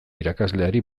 irakasleari